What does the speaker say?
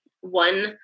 one